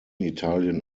italien